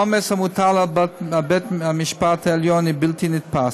העומס המוטל על בית-המשפט העליון הוא בלתי נתפס,